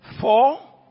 Four